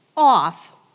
off